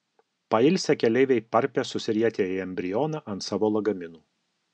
pailsę keleiviai parpia susirietę į embrioną ant savo lagaminų